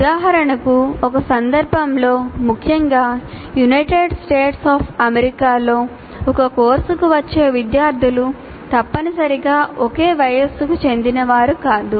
ఉదాహరణకు ఒక సందర్భంలో ముఖ్యంగా యునైటెడ్ స్టేట్స్ ఆఫ్ అమెరికాలో ఒక కోర్సుకు వచ్చే విద్యార్థులు తప్పనిసరిగా ఒకే వయస్సుకు చెందినవారు కాదు